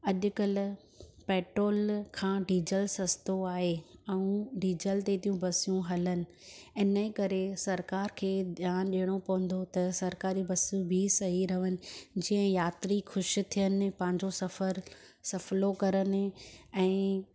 अॼुकल्ह पेट्रोल खां डीजल सस्तो आहे ऐं डीजल ते थियूं बसियूं हलनि इन जे करे सरकार खे ध्यानु ॾियणो पवंदो त सरकारी बसियूं बि सही रहनि जीअं यात्री ख़ुशि थियनि पंहिंजो सफ़र सफलो करनि